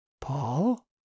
Paul